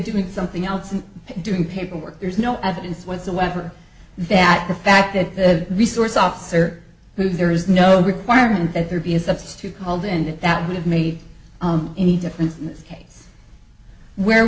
doing something else and doing paperwork there's no evidence whatsoever that the fact that the resource officer who's there is no requirement that there be a substitute called in that that would have made any difference